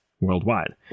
worldwide